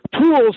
tools